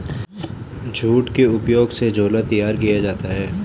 jute के उपयोग से झोला तैयार किया जाता है